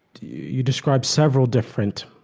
you described several different